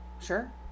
Sure